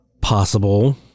possible